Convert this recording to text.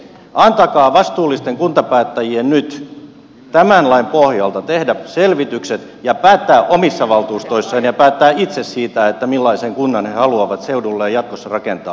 antakaa vastuullisten kuntapäättäjien nyt tämän lain pohjalta tehdä selvitykset ja päättää omissa valtuustoissaan ja päättää itse siitä millaisen kunnan he haluavat seudulleen jatkossa rakentaa